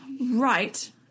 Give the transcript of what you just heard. Right